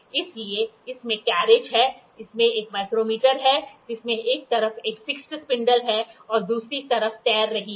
इसलिए इसमें कैरिज है इसमें एक माइक्रोमीटर है जिसमें एक तरफ एक फिक्स्ड स्पिंडल है और दूसरी तरफ तैर रही है